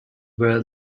were